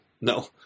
No